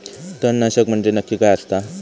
तणनाशक म्हंजे नक्की काय असता?